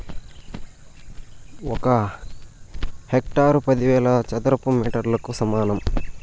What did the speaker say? ఒక హెక్టారు పదివేల చదరపు మీటర్లకు సమానం